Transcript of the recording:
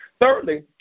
Thirdly